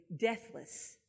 deathless